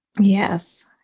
Yes